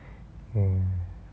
mm